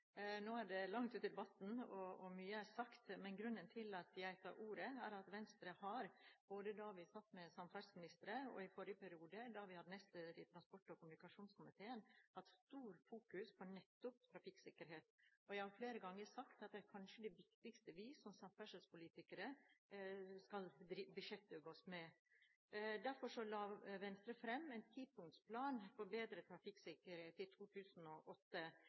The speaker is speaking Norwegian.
Nå er det langt ute i debatten, og mye er sagt. Grunnen til at jeg tar ordet, er at Venstre, både da vi satt med samferdselsministre, og i forrige periode, da vi hadde nestlederen i transport- og kommunikasjonskomiteen, har fokusert sterkt på trafikksikkerhet, og jeg har flere ganger sagt at det er kanskje det viktigste vi som samferdselspolitikere kan beskjeftige oss med. Derfor la Venstre fram en 10-punktsplan for bedre trafikksikkerhet i 2008,